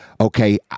Okay